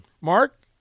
Mark